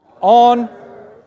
on